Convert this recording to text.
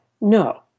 No